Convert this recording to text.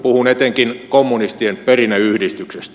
puhun etenkin kommunistien perinneyhdistyksestä